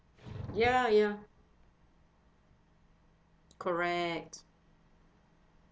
ya ya correct